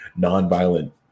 nonviolent